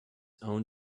own